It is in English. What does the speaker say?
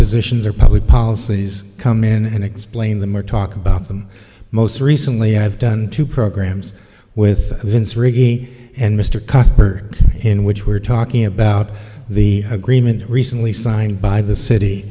positions or public policies come in and explain them or talk about them most recently i've done two programs with vince rickey and mr cutler in which we're talking about the agreement recently signed by the city